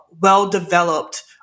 well-developed